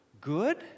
good